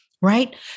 Right